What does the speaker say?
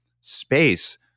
space